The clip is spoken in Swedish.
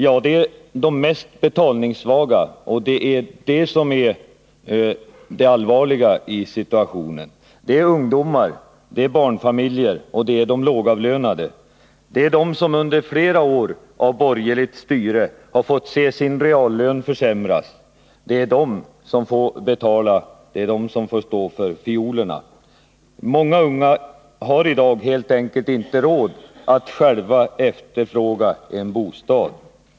Jo, de mest betalningssvaga, och det är det allvarliga i situationen. Ungdomar, barnfamiljer och lågavlönade, de som under flera år av borgerligt styre har fått se sin reallön försämras, är de som får stå för fiolerna. Många unga har i dag helt enkelt inte råd att efterfråga en egen bostad.